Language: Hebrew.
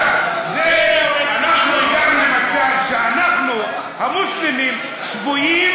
אנחנו הגענו למצב שאנחנו, המוסלמים, שבויים